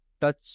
touch